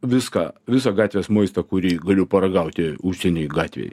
viską visą gatvės maistą kurį galiu paragauti užsieny gatvėj